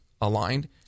aligned